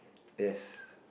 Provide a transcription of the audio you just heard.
yes